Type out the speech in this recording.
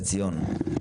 עציון.